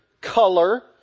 color